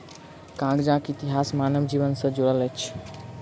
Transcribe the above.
कागजक इतिहास मानव जीवन सॅ जुड़ल अछि